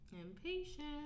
Impatient